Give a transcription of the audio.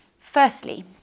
Firstly